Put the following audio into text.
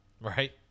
Right